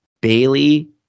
Bailey